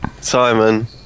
Simon